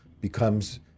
becomes